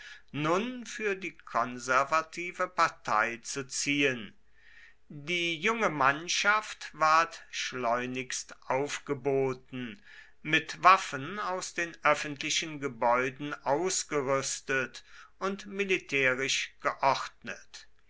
nun für die konservative partei zu ziehen die junge mannschaft ward schleunigst aufgeboten mit waffen aus den öffentlichen gebäuden ausgerüstet und militärisch geordnet